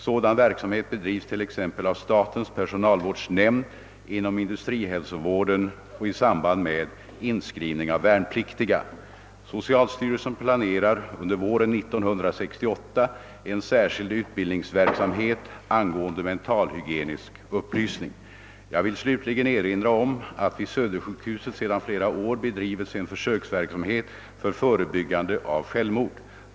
Sådan verksamhet bedrivs t.ex. av statens personalvårdsnämnd, inom industrihälsovården och i samband med inskrivning av värnpliktiga. Socialstyrelsen planerar under våren 1968 en särskild utbildningsverksamhet angående mentalhygienisk upplysning. Jag vill slutligen erinra om att vid Svar på fråga ang. möjligheterna att ta hand om personer som har eller haft för avsikt att beröva sig livet Södersjukhuset sedan flera år bedrivits en försöksverksamhet för förebyggande av självmord.